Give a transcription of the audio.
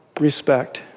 respect